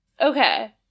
Okay